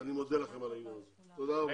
ואני מודה לכם על העניין הזה, תודה רבה.